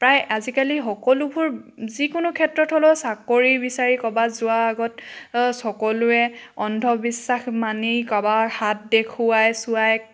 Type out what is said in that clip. প্ৰায় আজিকালি সকলোবোৰ যিকোনো ক্ষেত্ৰত হ'লও চাকৰি বিচাৰি ক'ৰবাত যোৱা আগত সকলোৱে অন্ধবিশ্বাস মানি কাৰোবাৰ হাত দেখুৱাই চোৱায়